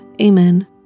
Amen